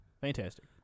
Fantastic